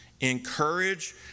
encourage